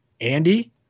Andy